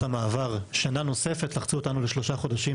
המעבר שנה נוספת לחצו אותנו לשלושה חודשים,